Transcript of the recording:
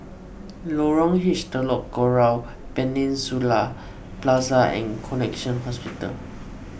Lorong H Telok Kurau Peninsula Plaza and Connexion Hospital